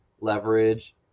leverage